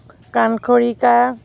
কাণখৰিকা